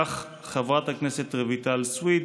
כך חברת הכנסת רויטל סויד.